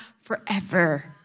forever